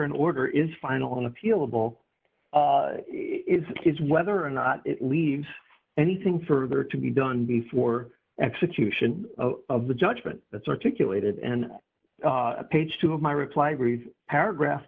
an order is final an appealable it is whether or not it leaves anything further to be done before execution of the judgment that's articulated and page two of my reply read paragraph